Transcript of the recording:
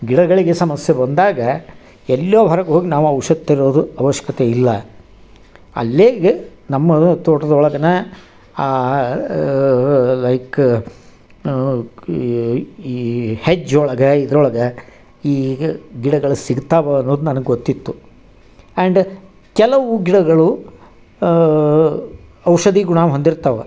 ಗಿಡಗಳಿಗೆ ಸಮಸ್ಯೆ ಬಂದಾಗ ಎಲ್ಲೋ ಹೊರಗೋಗಿ ನಾವು ಔಷಧ ತರೋದು ಆವಶ್ಯಕತೆ ಇಲ್ಲ ಅಲ್ಲೇಗೆ ನಮ್ಮ ತೋಟ್ದೊಳಗನ ಲೈಕ್ ಈ ಈ ಹೆಜ್ಜೆ ಒಳಗೆ ಇದ್ರ ಒಳಗೆ ಈಗ ಗಿಡಗಳ್ ಸಿಗ್ತಾವ ಅನ್ನೋದು ನನಗೆ ಗೊತ್ತಿತ್ತು ಆ್ಯಂಡ್ ಕೆಲವು ಗಿಡಗಳು ಔಷಧಿ ಗುಣ ಹೊಂದಿರ್ತವೆ